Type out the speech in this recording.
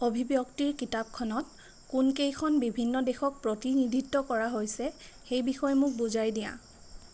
অভিব্যক্তিৰ কিতাপখনত কোনকেইখন বিভিন্ন দেশক প্ৰতিনিধিত্ব কৰা হৈছে সেই বিষয়ে মোক বুজাই দিয়া